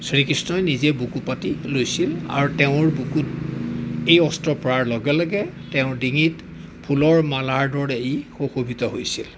শ্ৰীকৃষ্ণই নিজে বুকু পাতি লৈছিল আৰু তেওঁৰ বুকুত এই অস্ত্ৰ পৰাৰ লগে লগে তেওঁৰ ডিঙিত ফুলৰ মালাৰ দৰে ই সুশোভিত হৈছিল